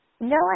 No